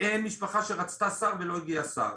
אין משפחה שרצתה שר ולא הגיע שר.